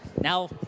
now